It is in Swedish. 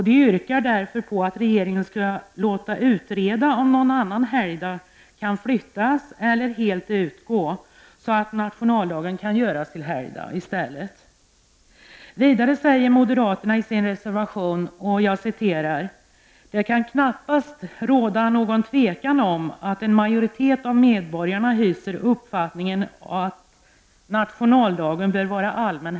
De yrkar därför att regeringen skall låta utreda frågan om huruvida någon annan helgdag kan flyttas eller helt utgå, så att nationaldagen i stället blir helgdag. Vidare säger moderaterna i sin reservation: ''Det torde knappast råda någon tvekan om att allmänheten hyser uppfattningen att nationaldagen bör vara helgdag.''